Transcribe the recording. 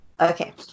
Okay